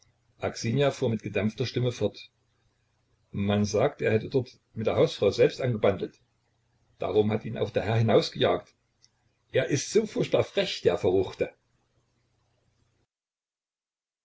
aksinja fuhr mit gedämpfter stimme fort man sagt er hätte dort mit der hausfrau selbst angebandelt darum hat ihn auch der herr hinausgejagt er ist so furchtbar frech der verruchte